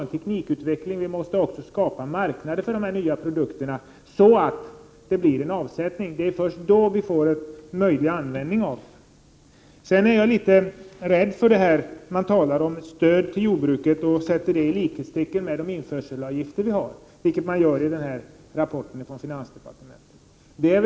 Vi måste också utveckla tekniken och skapa marknader för de nya produkterna, så att jordbruket får avsättning för dem. Det är först då vi får användning för de nya produkterna. Rapporten från finansdepartementet talar om stöd till jordbruket och man sätter i det sammanhanget likhetstecken med de införselavgifter vi har avseende jordbruksprodukter som importeras till Sverige.